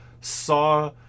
saw